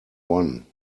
one